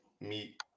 meet